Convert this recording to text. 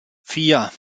vier